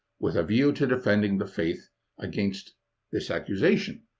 with a view to defending the faith against this accusation.